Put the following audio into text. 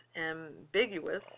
ambiguous